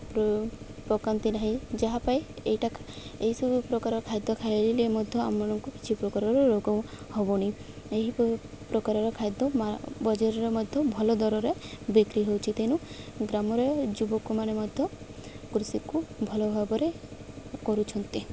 ପକାନ୍ତି ନାହିଁ ଯାହା ପାଇଁ ଏଇଟା ଏହିସବୁ ପ୍ରକାର ଖାଦ୍ୟ ଖାଇଲେ ମଧ୍ୟ ଆମମାନଙ୍କୁ କିଛି ପ୍ରକାରର ରୋଗ ହେବନି ଏହି ପ୍ରକାରର ଖାଦ୍ୟ ବଜାରରେ ମଧ୍ୟ ଭଲ ଦରରେ ବିକ୍ରି ହେଉଛି ତେଣୁ ଗ୍ରାମରେ ଯୁବକମାନେ ମଧ୍ୟ କୃଷିକୁ ଭଲ ଭାବରେ କରୁଛନ୍ତି